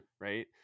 right